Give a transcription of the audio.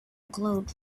glowed